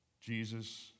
Jesus